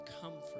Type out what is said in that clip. comfort